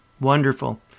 Wonderful